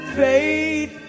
faith